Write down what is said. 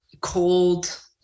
cold